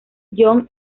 jon